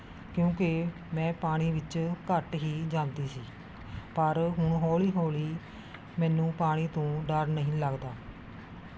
ਕਿਉਂਕਿ ਮੈਂ ਪਾਣੀ ਵਿੱਚ ਘੱਟ ਹੀ ਜਾਂਦੀ ਸੀ ਪਰ ਹੁਣ ਹੌਲੀ ਹੌਲੀ ਮੈਨੂੰ ਪਾਣੀ ਤੋਂ ਡਰ ਨਹੀਂ ਲੱਗਦਾ